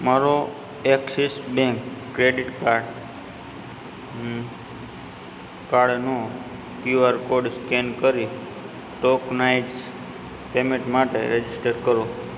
મારો Axis bank credit card um કાર્ડનો Q R code scan કરી ટોકનાઈઝ્ડ પેમેંટસ માટે રજિસ્ટર કરો